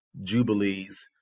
Jubilees